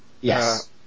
Yes